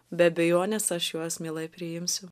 be abejonės aš juos mielai priimsiu